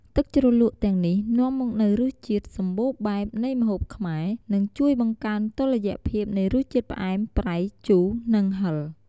ទឹកជ្រលក់ទាំងនេះនាំមកនូវរសជាតិសម្បូរបែបនៃម្ហូបខ្មែរ និងជួយបង្កើតតុល្យភាពនៃរសជាតិផ្អែម ប្រៃ ជូរ និងហិល។